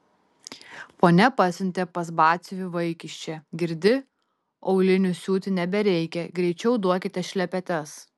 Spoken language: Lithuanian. ponia pasiuntė pas batsiuvį vaikiščią girdi aulinių siūti nebereikia greičiau duokite šlepetes